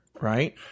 right